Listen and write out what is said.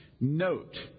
note